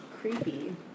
creepy